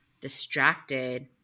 distracted